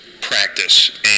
practice